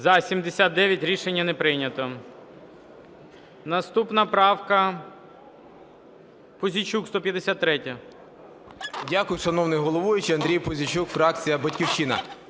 За-79 Рішення не прийнято. Наступна правка. Пузійчук, 153-я.